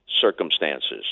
circumstances